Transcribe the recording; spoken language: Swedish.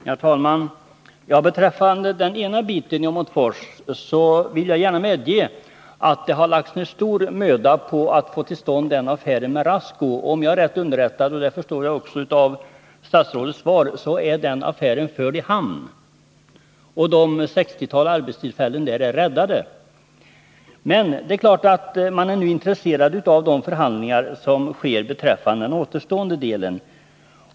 Herr talman! Beträffande den ena delen av frågan om Åmotfors vill jag gärna medge att det har lagts ned stor möda på att få till stånd affären med Rasco. Om jag är rätt underrättad — och som jag också förstår av statsrådets svar — så är affären förd i hamn och därmed ett 60-tal arbetstillfällen räddade. Men det är klart att man nu är intresserad av de förhandlingar som pågår beträffande den återstående delen.